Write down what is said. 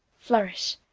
flourish.